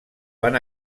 van